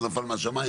זה נפל מהשמיים,